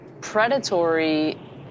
predatory